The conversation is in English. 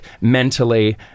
mentally